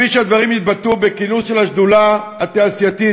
כפי שהדברים התבטאו בכינוס של שדולת התעשייה,